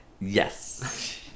Yes